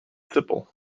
simple